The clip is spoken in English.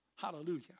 Hallelujah